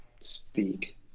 speak